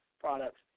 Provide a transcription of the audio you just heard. products